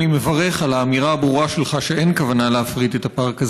אני מברך על האמירה הברורה שלך שאין כוונה להפריט את הפארק הזה.